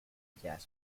jasper